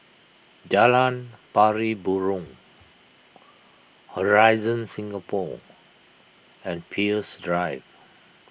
Jalan Pari Burong Horizon Singapore and Peirce Drive